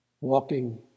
walking